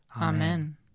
Amen